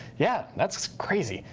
yeah. that's crazy.